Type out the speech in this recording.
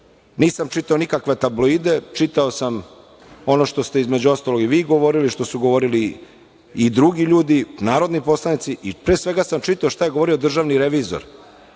čitao nikakve tabloide, čitao sam ono što ste, između ostalog, i vi govorili, što su govorili i drugi ljudi, narodni poslanici i pre svega sam čitao šta je govorio državni revizor.